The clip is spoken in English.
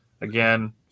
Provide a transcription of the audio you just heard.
Again